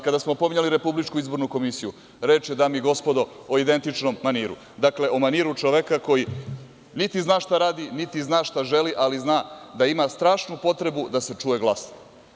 Kada smo pominjali Republičku izbornu komisiju, reč je, dame i gospodo, o identičnom maniru, dakle, o maniru čoveka koji niti zna šta radi, niti zna šta želi, ali zna da ima strašnu potrebu da se čuje glasno.